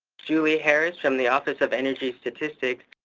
julie harris from the office of energy statistics,